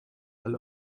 alle